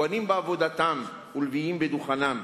כוהנים בעבודתם ולוויים בדוכנם,